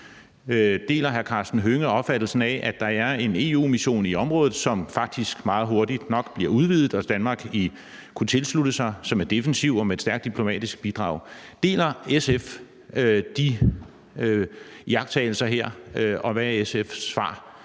Deler hr. Karsten Hønge opfattelsen af, at der er en EU-mission i området, der nok meget hurtigt bliver udvidet, som Danmark kunne tilslutte sig, og som er defensiv og med et stærkt diplomatisk bidrag? Deler SF de iagttagelser her, og hvad er SF's svar